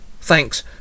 Thanks